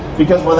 because when